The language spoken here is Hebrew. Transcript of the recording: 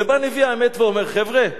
ובא נביא האמת ואומר: חבר'ה,